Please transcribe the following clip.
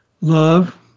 love